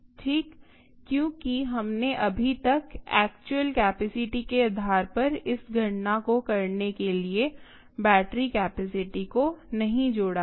ठीक क्योंकि हमने अभी तक एक्चुअल कैपेसिटी के आधार पर इस गणना को करने के लिए बैटरी कैपेसिटी को नहीं जोड़ा है